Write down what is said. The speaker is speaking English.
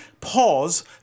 pause